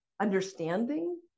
understanding